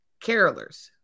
carolers